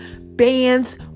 bands